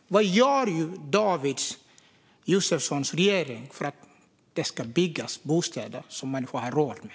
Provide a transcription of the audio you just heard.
Vad gör David Josefssons regering för att det ska byggas bostäder som människor har råd med?